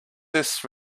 this